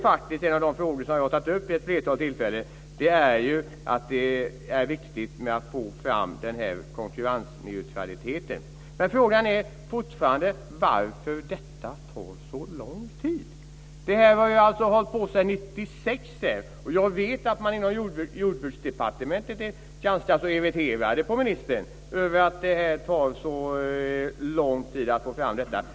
Jag har vid ett flertal tillfällen tagit upp att det är viktigt att åstadkomma konkurrensneutralitet. Frågan är fortfarande varför det tar så lång tid. Det har hållit på sedan 1996. Jag vet att man inom Jordbruksdepartementet är ganska irriterad på ministern för att det tar så lång tid att få fram detta.